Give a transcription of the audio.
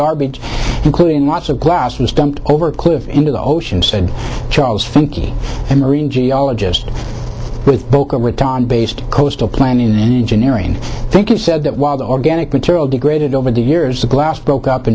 garbage including lots of glass was dumped over a cliff into the ocean said charles finky a marine geologist with boca raton based coastal planning and engineering think you said that while the organic material degraded over the years the glass broke up